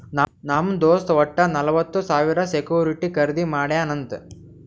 ನಮ್ ದೋಸ್ತ್ ವಟ್ಟ ನಲ್ವತ್ ಸಾವಿರ ಸೆಕ್ಯೂರಿಟಿ ಖರ್ದಿ ಮಾಡ್ಯಾನ್ ಅಂತ್